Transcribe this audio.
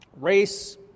race